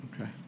Okay